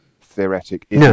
theoretic